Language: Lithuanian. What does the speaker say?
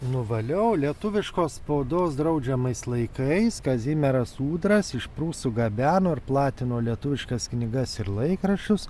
nuvaliau lietuviškos spaudos draudžiamais laikais kazimieras ūdras iš prūsų gabeno ir platino lietuviškas knygas ir laikraščius